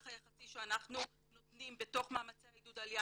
היחסי שאנחנו נותנים בתוך מאמצי עידוד העלייה,